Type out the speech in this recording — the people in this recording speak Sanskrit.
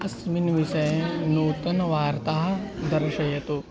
अस्मिन् विषये नूतनाः वार्ताः दर्शयतु